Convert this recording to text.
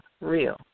real